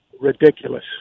ridiculous